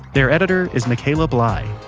their editor is micaela blei.